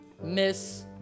miss